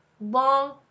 long